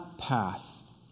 path